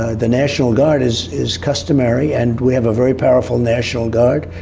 ah the national guard is is customary, and we have a very powerful national guard,